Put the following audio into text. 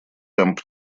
темп